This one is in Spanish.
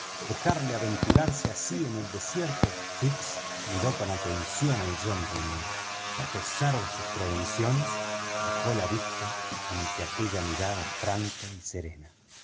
dejarlo aventtirarse así en el desierto fix miró con atención al gentleman y a pesar de sus prevenciones bajó la vista ante aquella mirada franca y serena